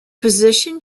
position